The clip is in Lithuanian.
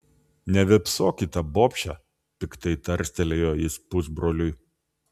nevėpsok į tą bobšę piktai tarstelėjo jis pusbroliui